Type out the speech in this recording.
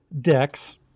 decks